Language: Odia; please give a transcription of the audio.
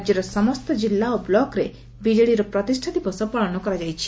ରାକ୍ୟର ସମସ୍ତ କିଲ୍ଲା ଓ ବୂକରେ ବିଜେଡିର ପ୍ରତିଷ୍ଠା ଦିବସ ପାଳନ କରାଯାଇଛି